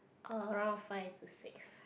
around five to six